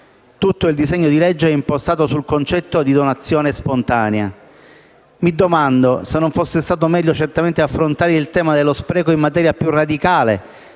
Tutto il disegno di legge è impostato sul concetto di donazione spontanea. Mi domando se non sarebbe stato meglio affrontare il tema dello spreco in materia più radicale,